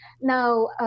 now